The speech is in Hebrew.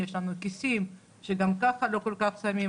יש לנו "כיסים" שגם ככה לא כל כך שמים,